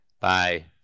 Bye